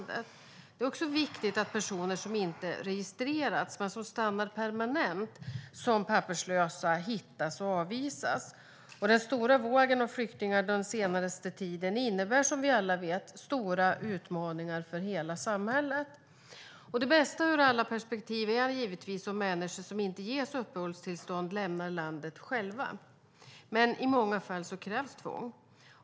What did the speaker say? Det är också viktigt att personer som inte registrerats, men som stannat permanent som papperslösa, hittas och avvisas. Den stora vågen av flyktingar den senaste tiden innebär, som vi alla vet, stora utmaningar för hela samhället. Det bästa ur alla perspektiv är givetvis om människor som inte ges uppehållstillstånd lämnar landet självmant, men i många fall krävs tvång.